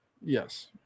Yes